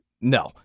No